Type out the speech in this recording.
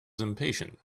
impatient